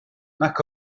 nac